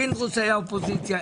פינדרוס היה אופוזיציה.